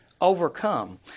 overcome